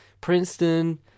Princeton